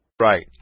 Right